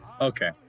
okay